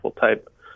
type